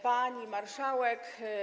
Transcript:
Pani Marszałek!